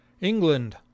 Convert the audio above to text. england